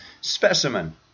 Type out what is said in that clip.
specimen